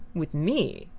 with me?